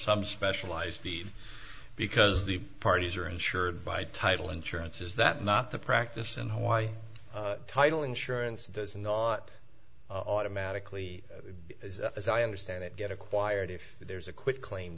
some specialized deed because the parties are insured by title insurance is that not the practice in hawaii title insurance does not automatically as i understand it get acquired if there's a quit claim